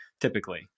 typically